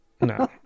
no